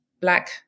Black